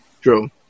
True